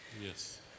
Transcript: Yes